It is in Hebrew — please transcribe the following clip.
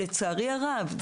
לצערי הרב,